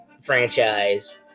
franchise